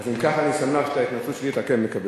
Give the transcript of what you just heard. אז אם כך, אני שמח שאת ההתנצלות שלי אתה כן מקבל.